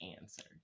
answered